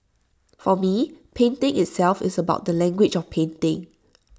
for me painting itself is about the language of painting